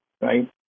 right